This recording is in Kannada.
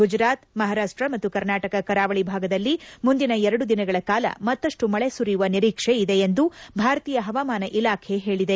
ಗುಜರಾತ್ ಮಹಾರಾಷ್ಟ ಮತ್ತು ಕರ್ನಾಟಕ ಕರಾವಳಿ ಭಾಗದಲ್ಲಿ ಮುಂದಿನ ಎರಡು ದಿನಗಳ ಕಾಲ ಮತ್ತಷ್ನು ಮಳೆ ಸುರಿಯುವ ನಿರೀಕ್ಷೆ ಇದೆ ಎಂದು ಭಾರತೀಯ ಹವಾಮಾನ ಇಲಾಖೆ ಹೇಳಿದೆ